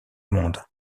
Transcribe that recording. monde